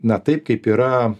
na taip kaip yra